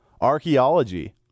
archaeology